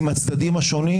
עם הצדדים השונים,